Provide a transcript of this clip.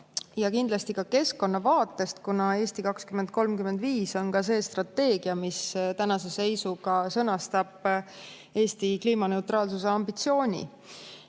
ja kindlasti ka keskkonna vaatest, kuna "Eesti 2035" on see strateegia, mis tänase seisuga sõnastab Eesti kliimaneutraalsuse ambitsiooni.